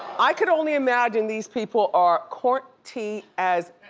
i could only imagine these people are courty as.